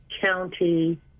County